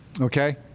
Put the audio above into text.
Okay